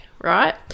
right